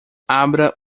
abra